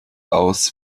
aus